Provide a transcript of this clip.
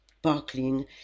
sparkling